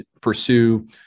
pursue